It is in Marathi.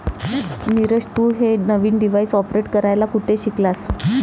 नीरज, तू हे नवीन डिव्हाइस ऑपरेट करायला कुठे शिकलास?